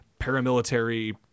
paramilitary